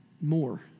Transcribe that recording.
more